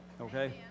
okay